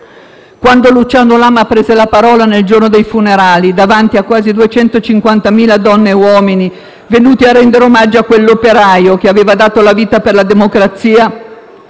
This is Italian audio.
Quando Luciano Lama prese la parola nel giorno dei funerali, davanti a quasi 250.000 donne e uomini venuti a rendere omaggio a quell'operaio che aveva dato la vita per la democrazia,